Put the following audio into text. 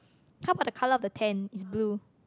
how about the color of the tent is blue